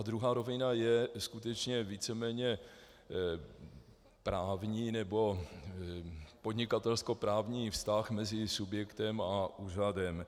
Druhá rovina je skutečně víceméně právní, nebo podnikatelskoprávní vztah mezi subjektem a úřadem.